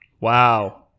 Wow